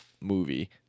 movie